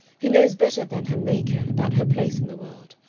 who knows better than her maker about her place in the world.